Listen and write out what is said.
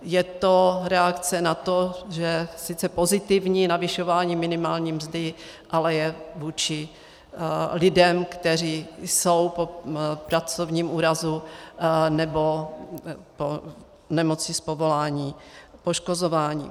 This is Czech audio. Je to reakce na to, že sice pozitivní navyšování minimální mzdy, ale je vůči lidem, kteří jsou po pracovním úrazu nebo po nemoci z povolání poškozováni.